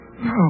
No